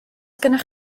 gennych